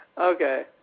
Okay